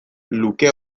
luke